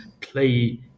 play